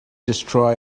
destroy